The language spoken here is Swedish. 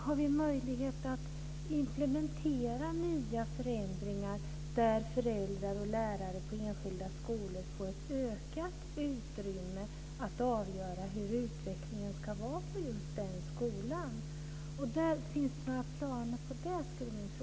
Har vi möjlighet att implementera nya förändringar så att föräldrar och lärare på enskilda skolor får ett ökat utrymme att avgöra hur utvecklingen ska vara på just den skolan? Min fråga är om det finns några planer på det.